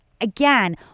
Again